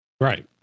Right